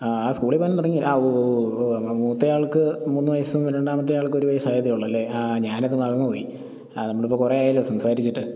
ആ സ്കൂളിൽ പോകാൻ തുടങ്ങി ആ ഓ ഓ ഓ മൂത്തയാൾക്ക് മൂന്ന് വയസ്സും രണ്ടാമത്തെയാൾക്ക് ഒരു വയസ്സായതേ ഉള്ളല്ലെ ആ ഞാനത് മറന്ന് പോയി ആ നമ്മൾ ഇപ്പോൾ കുറെ ആയല്ലോ സംസാരിച്ചിട്ട്